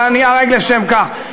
אבל אני איהרג לשם כך.